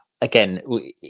again